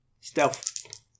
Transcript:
Stealth